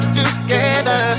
together